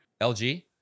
LG